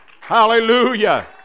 Hallelujah